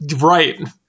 right